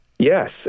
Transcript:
Yes